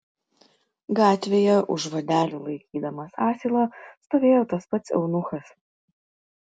gatvėje už vadelių laikydamas asilą stovėjo tas pats eunuchas